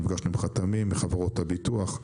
נפגשנו עם חברות הביטוח,